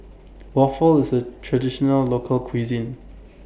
Waffle IS A Traditional Local Cuisine